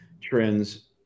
trends